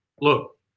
look